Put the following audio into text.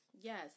Yes